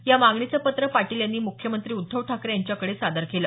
या मागणीचं पत्र पाटील यांनी मुख्यमंत्री उध्दव ठाकरे यांच्याकडे सादर केलं